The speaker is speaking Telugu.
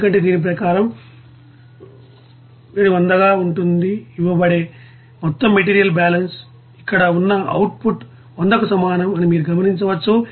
ఎందుకంటే దీని ప్రకారం వేడి 100 గా ఇవ్వబడే మొత్తం మెటీరియల్ బ్యాలెన్స్ ఇక్కడ ఉన్న అవుట్ పుట్ 100కు సమానం అని మీరు గమనించవచ్చు